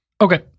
Okay